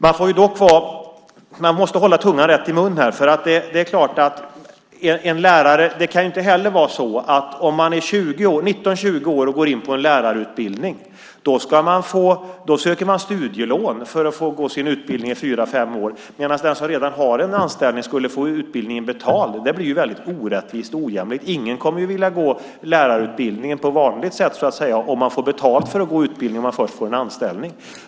Man måste dock hålla tungan rätt i munnen här. Om man är 19-20 år och går in på en lärarutbildning söker man studielån för att utbilda sig i fyra fem år. Om då den som redan har en anställning skulle få utbildningen betalad blir det mycket orättvist och ojämlikt. Ingen kommer att vilja gå lärarutbildningen på vanligt sätt om man får betalt för att gå den om man har en anställning.